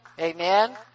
Amen